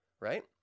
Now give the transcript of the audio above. right